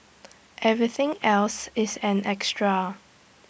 everything else is an extra